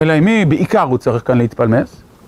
אלא מי בעיקר הוא צריך כאן להתפלמס?